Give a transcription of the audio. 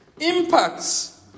impacts